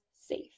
safe